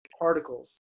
particles